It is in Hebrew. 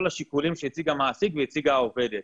השיקולים שהציג המעסיק והציגה העובדת.